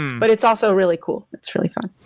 but it's also really cool. it's really fun.